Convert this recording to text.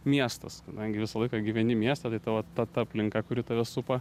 miestas kadangi visą laiką gyveni mieste tai tavo ta ta aplinka kuri tave supa